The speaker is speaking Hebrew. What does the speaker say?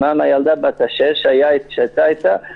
מה עם הילדה בת השש שהייתה איתה?